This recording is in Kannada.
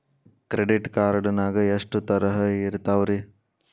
ಕ್ರೆಡಿಟ್ ಕಾರ್ಡ್ ನಾಗ ಎಷ್ಟು ತರಹ ಇರ್ತಾವ್ರಿ?